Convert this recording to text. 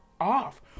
off